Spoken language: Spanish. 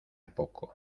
poco